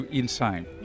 insane